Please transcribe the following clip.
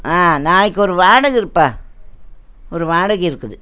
நாளைக்கு ஒரு வாடகை இருகுப்பா ஒரு வாடகை இருக்குது